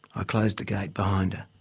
i closed the gate behind